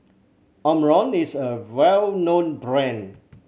Omron is a well known brand